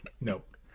Nope